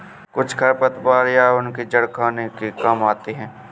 कुछ खरपतवार या उनके जड़ खाने के काम आते हैं